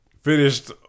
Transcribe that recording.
Finished